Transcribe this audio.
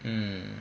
mm